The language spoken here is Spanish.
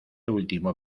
último